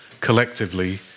collectively